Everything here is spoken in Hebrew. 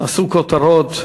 עשו כותרות,